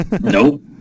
Nope